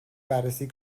بررسی